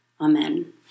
Amen